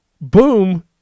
boom